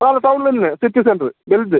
ആ ടൗണിൽ തന്നെ സിറ്റി സെൻ്ററ് വലുത്